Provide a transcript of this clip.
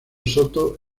soto